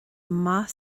maith